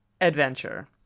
adventure